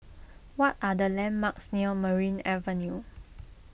what are the landmarks near Merryn Avenue